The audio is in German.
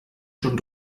schon